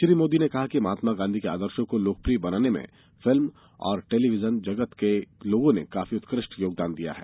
श्री मोदी ने कहा कि महात्मा गांधी के आदर्शो को लोकप्रिय बनाने में फिल्म और टेलीविजन जगत के लोगों ने काफी उत्कृष्ट योगदान किया है